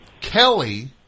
Kelly